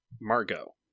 Margot